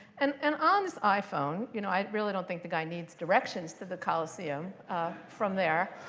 and and on this iphone, you know, i really don't think the guy needs directions to the coliseum from there,